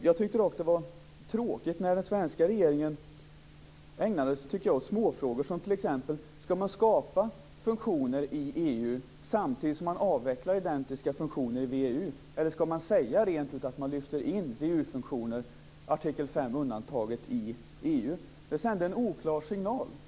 Det var dock tråkigt när den svenska regeringen ägnade sig åt småfrågor som t.ex. frågan om man skall skapa funktioner i EU samtidigt som man avvecklar identiska funktioner i VEU eller om man rentav skall säga att man lyfter in VEU-funktioner, artikel 5 undantagen, i EU. Det sänder en oklar signal.